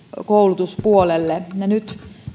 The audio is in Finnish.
koulutuspuolelle nyt